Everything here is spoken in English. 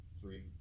three